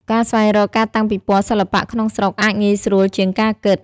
ការស្វែងរកការតាំងពិពណ៌សិល្បៈក្នុងស្រុកអាចងាយស្រួលជាងការគិត។